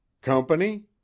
Company